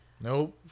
Nope